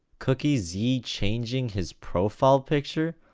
cookiezi changing his profile picture.